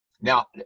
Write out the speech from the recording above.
Now